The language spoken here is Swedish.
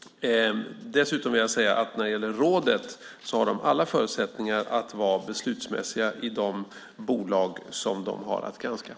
Dessutom vill jag när det gäller rådet säga att ledamöterna där har alla förutsättningar att vara beslutsmässiga i de bolag som de har att granska.